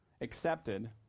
accepted